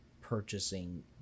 purchasing